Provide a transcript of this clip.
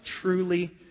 truly